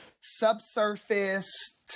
Subsurface